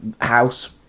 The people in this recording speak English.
house